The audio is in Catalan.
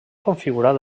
configurat